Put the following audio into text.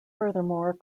furthermore